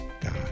God